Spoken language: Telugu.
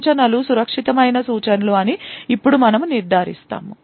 సూచనలు సురక్షితమైన సూచనలు అని ఇప్పుడు మనము నిర్ధారిస్తాము